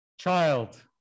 Child